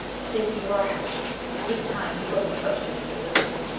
stay where you are, haljan. in good time miko will trust you with your liberty.